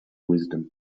wisdom